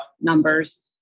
numbers